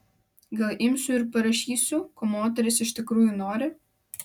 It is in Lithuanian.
gal imsiu ir parašysiu ko moterys iš tikrųjų nori